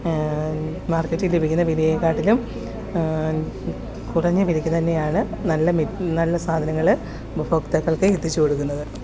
മാർക്കറ്റിൽ ലഭിക്കുന്ന വിലയെ കാട്ടിലും കുറഞ്ഞ വിലയ്ക്ക് തന്നെയാണ് നല്ല മെറ്റ് നല്ല സാധനങ്ങൾ ഉപഭോക്താക്കൾക്ക് എത്തിച്ച് കൊടുക്കുന്നത്